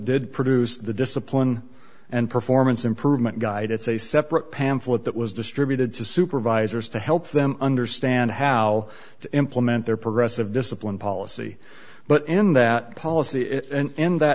did produce the discipline and performance improvement guide it's a separate pamphlet that was distributed to supervisors to help them understand how to implement their progressive discipline policy but in that policy and in that